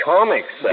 Comics